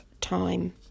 time